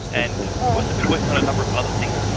and we've also been working on a number of other things,